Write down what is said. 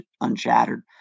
Unshattered